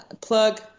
plug